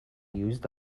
used